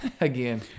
again